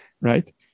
right